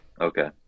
Okay